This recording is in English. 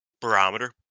barometer